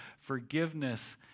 forgiveness